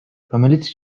რომელიც